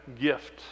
gift